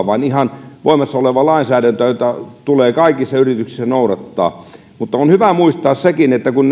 vaan ihan voimassa oleva lainsäädäntö jota tulee kaikissa yrityksissä noudattaa mutta on hyvä muistaa sekin että kun